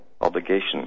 obligation